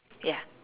ya